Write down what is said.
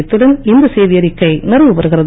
இத்துடன் இந்த செய்தி அறிக்கை நிறைவு பெறுகிறது